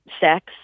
sex